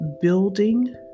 building